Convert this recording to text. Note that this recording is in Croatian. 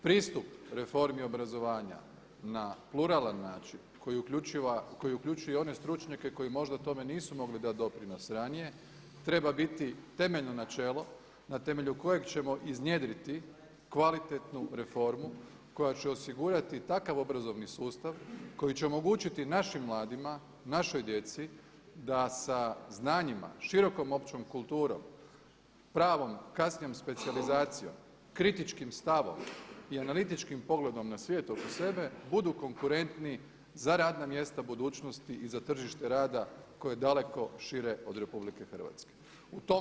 Pristup reformi obrazovanja na pluralan način koji uključuje i one stručnjake koji možda tome nisu mogli dati doprinos ranije treba biti temeljno načelo na temelju kojeg ćemo iznjedriti kvalitetnu reformu koja će osigurati takav obrazovni sustav koji će omogućiti našim mladima, našoj djeci da sa znanjima, širokom općom kulturom, pravom, kasnijom specijalizacijom, kritičkim stavom i analitičkim pogledom na svijet oko sebe budu konkurentni za radna mjesta budućnosti i za tržište rada koje je daleko šire od Republike Hrvatske.